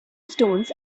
stones